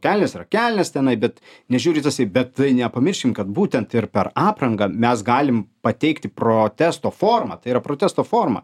kelnės yra kelnės tenai bet nežiūri bet tai nepamirškim kad būtent ir per aprangą mes galim pateikti protesto formą tai yra protesto forma